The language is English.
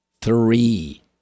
Three